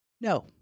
No